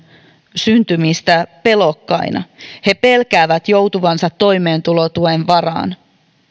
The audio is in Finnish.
syntymistä pelokkaina he pelkäävät joutuvansa toimeentulotuen varaan